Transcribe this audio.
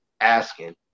asking